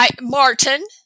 Martin